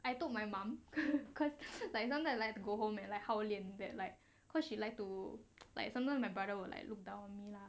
I told my mum can cause like sometimes I like to go home at like hao lian bad like cause she like to like sometimes my brother will like look down on me lah